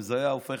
אם זה היה הפוך,